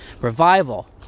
revival